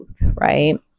right